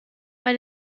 bei